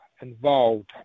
involved